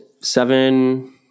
seven